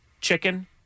chicken